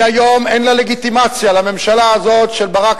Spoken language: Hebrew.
היום אין לגיטימציה לממשלה הזאת של ברק,